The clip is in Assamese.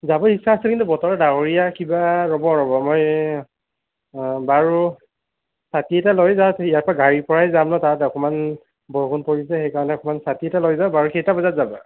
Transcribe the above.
যাবৰ ইচ্ছা আছে কিন্তু বতৰ ডাৱৰীয়া কিবা ৰ'ব ৰ'ব মই অঁ বাৰু ছাটি এটা লৈ যাওঁ ইয়াৰ পৰা গাড়ীৰ পৰাই যাম ন' তাত অকণমান বৰষুণ পৰিছে সেইকাৰণে অকণমান ছাটি এটা লৈ যাওঁ বাৰু কেইটা বজাত যাবা